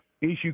issue